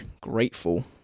grateful